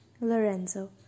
Lorenzo